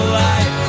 light